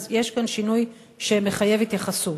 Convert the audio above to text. אז יש כאן שינוי שמחייב התייחסות.